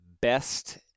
best